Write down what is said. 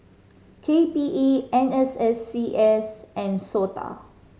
K P E N S S C S and SOTA